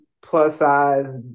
plus-size